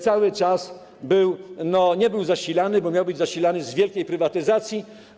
cały czas nie był zasilany, a miał być zasilany z wielkiej prywatyzacji.